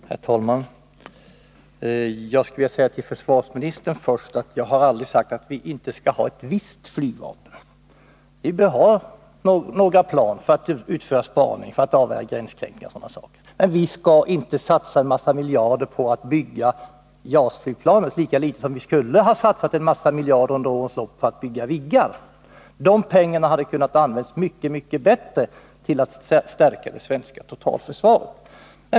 Herr talman! Jag skulle först vilja säga till försvarsministern att jag aldrig har sagt att vi inte skall ha ett flygvapen i viss utsträckning. Vi bör ha några plan för att utföra spaning, avvärja gränskränkningar o. d. Men vi skall inte satsa en massa miljarder på att bygga ett JAS-flygplan, lika litet som vi borde ha satsat en massa miljarder under årens lopp på att bygga Viggar. De pengarna hade kunnat användas mycket bättre till att stärka det svenska totalförsvaret.